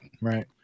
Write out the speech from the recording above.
Right